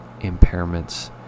impairments